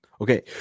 Okay